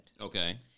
Okay